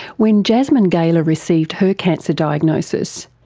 when jasmine gailer received her cancer diagnosis,